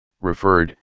referred